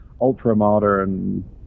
ultra-modern